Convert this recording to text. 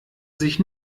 sich